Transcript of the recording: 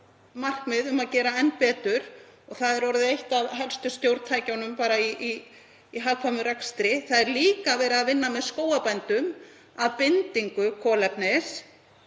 markmið um að gera enn betur. Það er orðið eitt af helstu stjórntækjunum í hagkvæmum rekstri. Það er líka verið að vinna með skógarbændum að bindingu kolefnis.